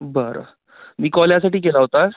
बरं मी कॉल यासाठी केला होता